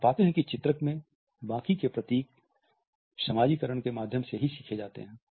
हम पाते हैं कि चित्रक में बाकी के प्रतीक समाजीकरण के माध्यम से ही सीखे जाते हैं